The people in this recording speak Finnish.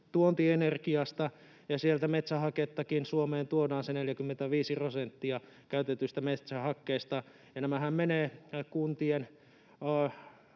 tuontienergiasta. Sieltä metsähakettakin Suomeen tuodaan se 45 prosenttia käytetystä metsähakkeesta. Nämähän menevät